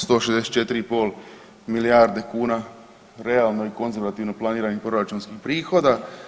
144 i pol milijarde kuna realno i konzervativno planiranih proračunskih prihoda.